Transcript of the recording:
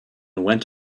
went